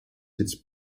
its